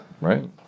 Right